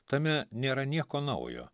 tame nėra nieko naujo